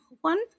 one